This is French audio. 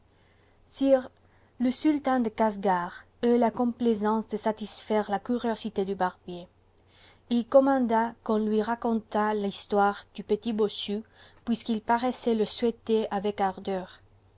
sire le sultan de casgar eut la complaisance de satisfaire la curiosité du barbier il commanda qu'on lui racontât l'histoire du petit bossu puisqu'il paraissait le souhaiter avec ardeur